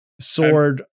sword